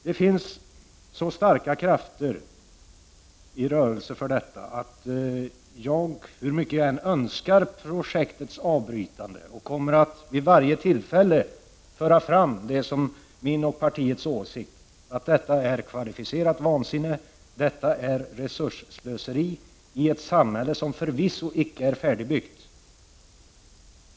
Det finns så starka krafter i rörelse för detta projekt att jag tror att planet lyfter igen, hur mycket jag än önskar projektets avbrytande. Jag kommer därför vid varje tillfälle att föra fram detta som min och partiets åsikt, nämligen att detta projekt är kvalificerat vansinne. Det är resursslöseri att satsa på detta projekt i ett samhälle som förvisso icke är färdigbyggt.